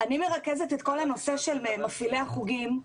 אני מרכזת את כל נושא מפעילי החוגים,